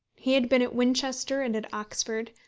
he had been at winchester and at oxford,